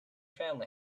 family